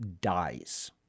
dies—